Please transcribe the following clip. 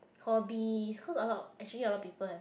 hobbies cause a lot actually a lot of people have